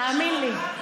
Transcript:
תאמין לי.